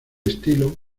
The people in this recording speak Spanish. estilo